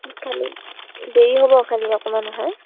খালি দেৰি হ'ব খালি অকমান সময়